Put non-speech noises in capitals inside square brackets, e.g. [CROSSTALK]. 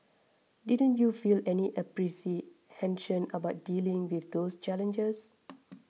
didn't you feel any apprehension about dealing with those challenges [NOISE]